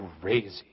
crazy